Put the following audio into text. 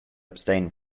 abstain